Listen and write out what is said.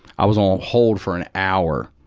i was on hold for an hour.